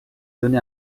donné